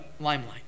limelight